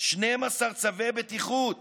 12 צווי בטיחות